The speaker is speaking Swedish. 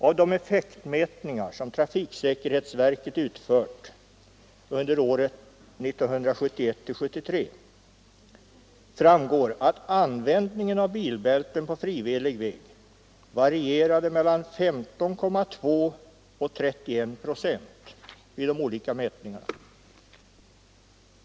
Av de effektmätningar som trafiksäkerhetsverket utfört under åren 1971—1973 framgår att användningen av bilbälte på frivillig väg varierade från 15,2 till 31 procent vid de olika mätningarna.